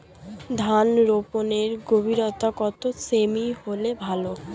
ধান রোপনের গভীরতা কত সেমি হলে ভালো?